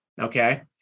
Okay